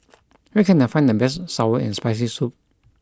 where can I find the best sour and spicy soup